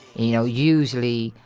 you know, usually,